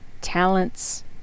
talents